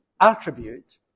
attribute